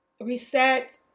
reset